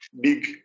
big